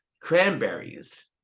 cranberries